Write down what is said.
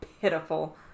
pitiful